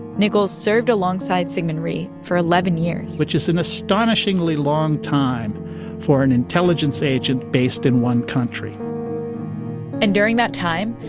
nichols served alongside syngman rhee for eleven years which is an astonishingly long time for an intelligence agent based in one country and during that time,